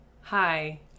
Hi